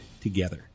together